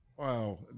Wow